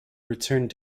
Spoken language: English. returned